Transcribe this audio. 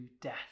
death